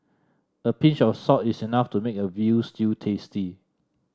a pinch of salt is enough to make a veal stew tasty